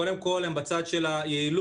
קודם כול, הן בצד של היעילות.